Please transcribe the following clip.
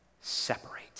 separate